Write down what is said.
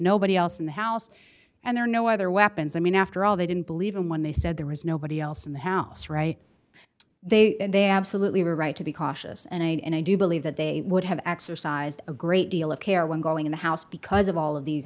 nobody else in the house and there are no other weapons i mean after all they didn't believe him when they said there was nobody else in the house right they they absolutely were right to be cautious and i do believe that they would have exercised a great deal of care when going in the house because of all of these